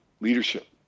leadership